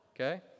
Okay